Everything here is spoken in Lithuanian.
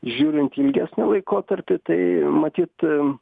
žiūrint į ilgesnį laikotarpį tai matyt